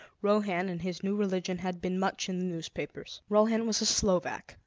rohan and his new religion had been much in the newspapers. rohan was a slovak,